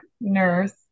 nurse